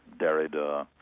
derrida,